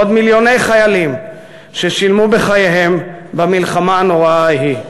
ועוד מיליוני חיילים ששילמו בחייהם במלחמה הנוראה ההיא.